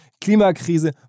Klimakrise